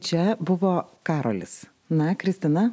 čia buvo karolis na kristina